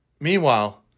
Meanwhile